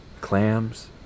clams